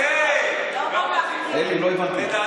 אלי, לא הבנתי.